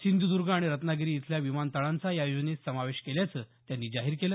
सिंधुदर्ग आणि रत्नागिरी इथल्या विमानतळांचा या योजनेत समावेश केल्याचं त्यांनी जाहीर केलं